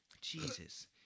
jesus